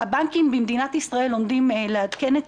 הבנקים במדינת ישראל עומדים לעדכן את